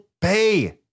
pay